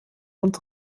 und